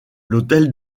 l’hôtel